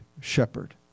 shepherd